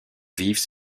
vivent